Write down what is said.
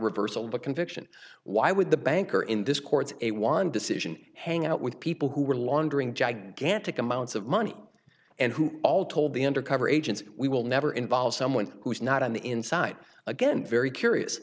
reversal of a conviction why would the banker in this court's a want decision hang out with people who were laundering gigantic amounts of money and who all told the undercover agents we will never involve someone who is not on the inside again very curious